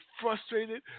frustrated